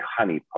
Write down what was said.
honeypot